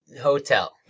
Hotel